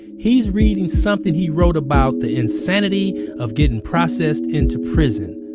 he's reading something he wrote about the insanity of getting processed into prison.